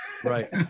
right